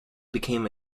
became